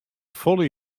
folle